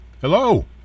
Hello